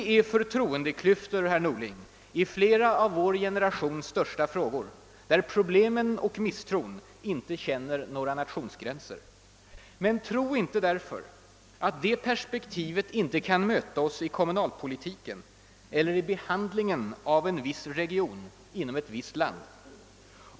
Denna förtroendeklyfta, herr Norling, är en av vår generations största frågor, där problemen och misstron inte känner några nationsgränser. Men tro inte därför att detta perspektiv inte kan möta oss också i kommunalpolitiken eller i behandlingen av en viss region inom ett visst land.